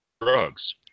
drugs